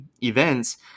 events